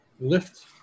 lift